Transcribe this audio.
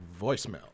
voicemail